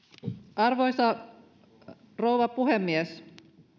arvoisa rouva puhemies